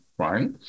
Right